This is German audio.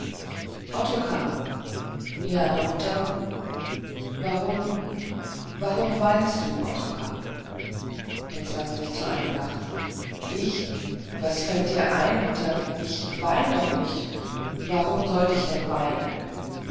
ottokar ja mutter warum warum weinst du ottokar er zwang sich zu einem lachen ich was fällt dir ein mutter ich wein doch nicht warum sollt ich denn weinen